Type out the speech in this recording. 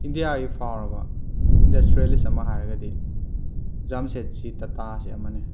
ꯏꯟꯗꯤꯌꯥꯒꯤ ꯐꯥꯎꯔꯕ ꯏꯟꯗꯁꯇ꯭ꯔꯦꯂꯤꯁ ꯑꯃ ꯍꯥꯏꯔꯒꯗꯤ ꯖꯥꯝꯁꯦꯠꯖꯤ ꯇꯥꯇꯥꯁꯤ ꯑꯃꯅꯤ